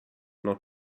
not